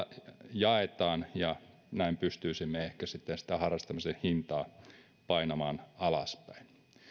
jaetaan näin pystyisimme ehkä sitten sitä harrastamisen hintaa painamaan alaspäin